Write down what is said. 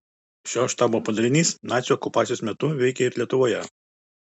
šio štabo padalinys nacių okupacijos metu veikė ir lietuvoje